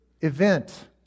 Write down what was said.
event